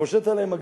פושט עליהם.